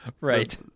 Right